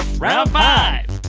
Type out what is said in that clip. round five!